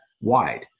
wide